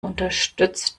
unterstützt